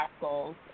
goals